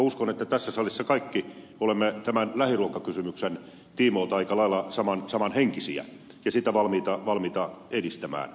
uskon että tässä salissa kaikki olemme tämän lähiruokakysymyksen tiimoilta aika lailla samanhenkisiä ja sitä valmiita edistämään